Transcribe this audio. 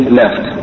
left